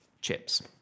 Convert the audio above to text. chips